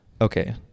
okay